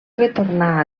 retornar